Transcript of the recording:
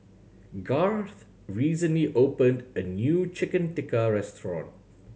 Garth recently opened a new Chicken Tikka restaurant